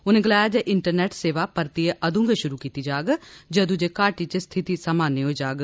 उ'नें गलाया जे इंटरनेट सेवा परतियै उदूं गै शुरु कीती जाग जदूं जे घाटी च स्थिति सामान्य होई जाग